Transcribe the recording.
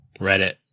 Reddit